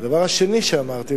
הדבר השני שאמרתי,